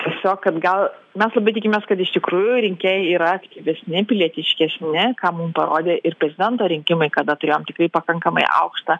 tiesiog kad gal mes labai tikimės kad iš tikrųjų rinkėjai yra aktyvesni pilietiškesni ką mum parodė ir prezidento rinkimai kada turėjom tikrai pakankamai aukštą